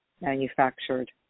manufactured